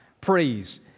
praise